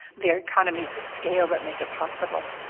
there are economies of scale that make it possible.